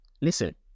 Listen